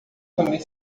também